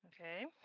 Okay